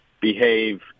behave